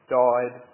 died